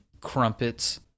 crumpets